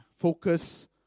Focus